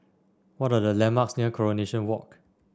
what are the landmarks near Coronation Walk